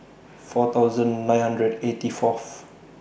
four thousand nine hundred eighty Fourth